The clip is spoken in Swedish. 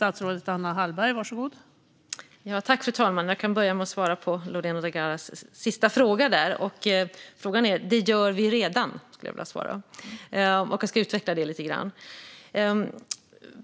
Fru talman! Jag kan börja med att svara på Lorena Delgado Varas sista frågan. Det gör vi redan, skulle jag vilja svara. Jag ska utveckla det lite grann.